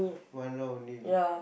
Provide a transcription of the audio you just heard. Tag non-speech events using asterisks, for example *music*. one round only *noise*